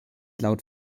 laut